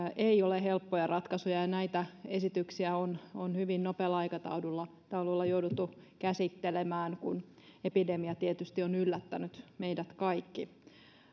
ei ole helppoja ratkaisuja ja näitä esityksiä on on hyvin nopealla aikataululla jouduttu käsittelemään kun epidemia on tietysti yllättänyt meidät kaikki